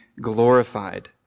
glorified